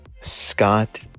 Scott